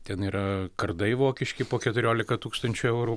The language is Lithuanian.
ten yra kardai vokiški po keturiolika tūkst eurų